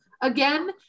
again